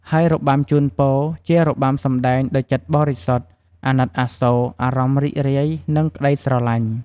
ហើយរបាំជូនពរ ជារបាំសម្ដែងដោយចិត្តបរិសុទ្ធ អាណិតអាសូរ អារម្មណ៍រីករាយ និងក្ដីស្រលាញ់។